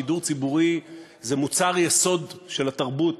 שידור ציבורי זה מוצר יסוד של תרבות